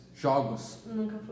jogos